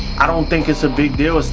i don't think it's a big deal.